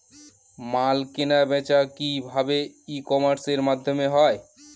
মাল কেনাবেচা কি ভাবে ই কমার্সের মাধ্যমে হয়?